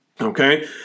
Okay